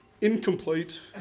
incomplete